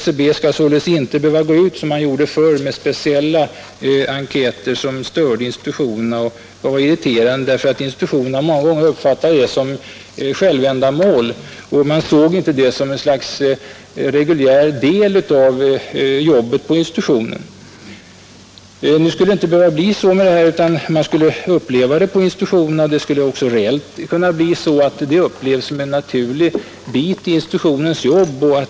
SCB skall således inte som förut behöva gå ut med särskilda enkäter som var irriterande för institutionerna. Institutionerna uppfattade detta många gånger som självändamål. Man såg inte detta som en reguljär del av jobbet på institutionen. Nu skulle man i stället uppleva detta som en naturlig del av jobbet på institutionen.